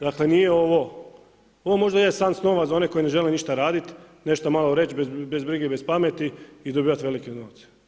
Dakle, nije ovo, ovo možda je san snova za one koji ne žele ništa raditi, nešto malo reći bez brige i bez pameti i dobivat velike novce.